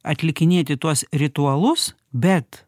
atlikinėti tuos ritualus bet